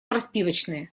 распивочные